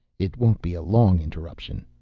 it won't be a long interruption,